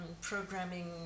programming